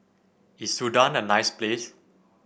is Sudan a nice place